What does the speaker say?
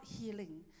healing